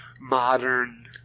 modern